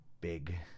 big